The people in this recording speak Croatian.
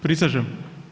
Prisežem.